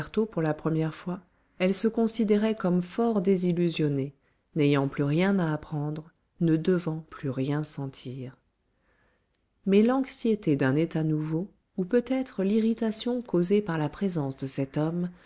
pour la première fois elle se considérait comme fort désillusionnée n'ayant plus rien à apprendre ne devant plus rien sentir mais l'anxiété d'un état nouveau ou peut-être l'irritation causée par la présence de cet homme